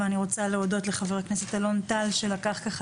ואני רוצה להודות לחבר הכנסת אלון טל שלקח ככה